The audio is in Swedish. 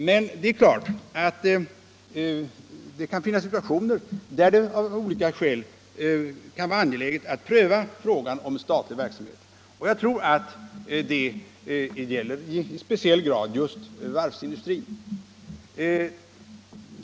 Men det är klart att det kan finnas situationer där det av olika skäl kan vara angeläget att pröva frågan om statlig verksamhet, och jag tror att detta gäller i speciell grad just varvsindustrin.